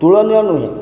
ତୁଳନୀୟ ନୁହେଁ